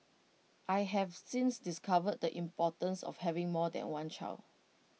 I have since discovered the importance of having more than one child